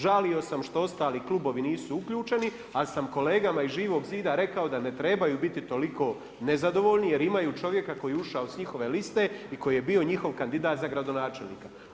Žalio sam što ostali klubovi nisu uključeni, ali sam kolegama iz Živog zida rekao da ne trebaju biti toliko nezadovoljni jer imaju čovjeka koji je ušao s njihove liste i koji je bio njihov kandidat za gradonačelnika.